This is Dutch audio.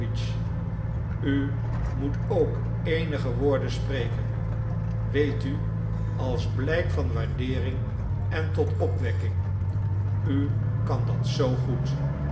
u moet ook eenige woorden spreken weet u als blijk van waardeering en tot opwekking u kan dat zoo goed